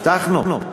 הבטחנו,